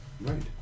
Right